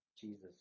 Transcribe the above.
Jesus